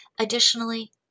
Additionally